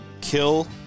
kill